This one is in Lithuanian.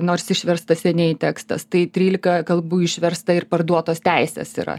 nors išversta seniai tekstas tai trylika kalbų išversta ir parduotos teisės yra